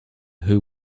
who